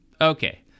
Okay